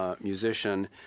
musician